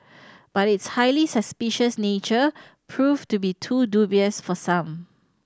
but its highly suspicious nature proved to be too dubious for some